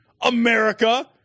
America